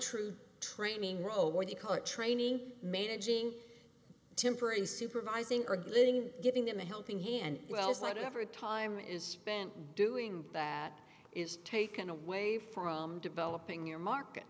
true training role what you call it training maging temporary supervising or getting giving them a helping hand well it's like every time is spent doing that is taken away from developing your market